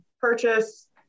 purchase